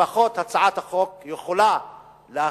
לפחות הצעת החוק יכולה להחזיר